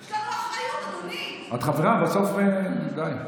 יש לנו אחריות, אדוני.